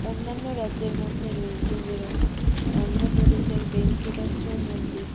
অন্যান্য রাজ্যের মধ্যে রয়েছে যেরকম অন্ধ্রপ্রদেশের বেঙ্কটেশ্বর মন্দির